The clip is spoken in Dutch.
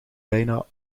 bijna